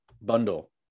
bundle